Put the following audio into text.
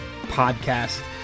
podcast